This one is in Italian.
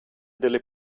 delle